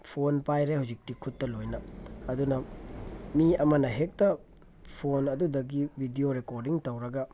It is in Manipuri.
ꯐꯣꯟ ꯄꯥꯏꯔꯦ ꯍꯧꯖꯤꯛꯇꯤ ꯈꯨꯠꯇ ꯂꯣꯏꯅ ꯑꯗꯨꯅ ꯃꯤ ꯑꯃꯅ ꯍꯦꯛꯇ ꯐꯣꯟ ꯑꯗꯨꯗꯒꯤ ꯕꯤꯗꯤꯑꯣ ꯔꯦꯀꯣꯔꯗꯤꯡ ꯇꯧꯔꯒ